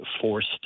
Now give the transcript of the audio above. forced